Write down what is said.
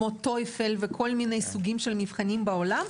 כמו טוייפל וכל מיני סוגים של מבחנים בעולם,